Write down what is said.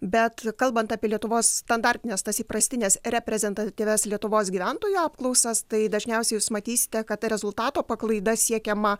bet kalbant apie lietuvos standartines tas įprastines reprezentatyvias lietuvos gyventojų apklausas tai dažniausiai jūs matysite kad ta rezultato paklaida siekiama